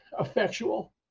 effectual